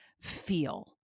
feel